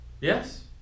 Yes